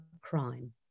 crime